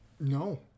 No